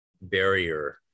barrier